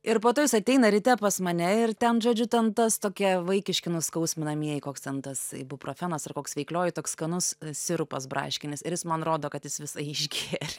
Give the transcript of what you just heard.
ir po to jis ateina ryte pas mane ir ten žodžiu ten tas tokie vaikiški nuskausminamieji koks ten tas ibuprofenas ar koks veiklioji toks skanus sirupas braškinis ir jis man rodo kad jis visą jį išgėrė